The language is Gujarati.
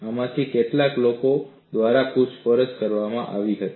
આમાંથી કેટલાક લોકો દ્વારા પૂછપરછ કરવામાં આવી હતી